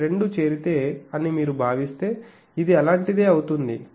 ఈ రెండు చేరితే అని మీరు భావిస్తే ఇది అలాంటిదే అవుతుంది